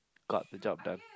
got the job done